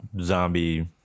zombie